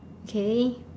okay